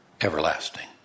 everlasting